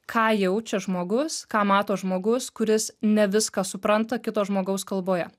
ką jaučia žmogus ką mato žmogus kuris ne viską supranta kito žmogaus kalboje